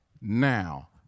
now